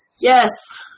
Yes